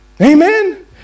Amen